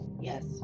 Yes